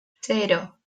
cero